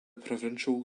provincial